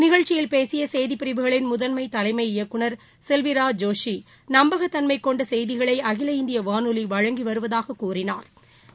நிகழ்ச்சியில் பேசிய செய்திப்பிரிவுகளின் முதன்மை தலைமை இயக்குநர் செல்வி இரா ஜோஷி நம்பகத் தன்மை கொண்ட செய்திகளை அகில இந்திய வானொலி வழங்கி வருவதாக கூறினாா்